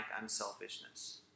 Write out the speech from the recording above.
unselfishness